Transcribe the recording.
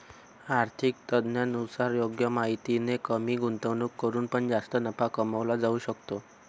आर्थिक तज्ञांनुसार योग्य माहितीने कमी गुंतवणूक करून पण जास्त नफा कमवला जाऊ शकतो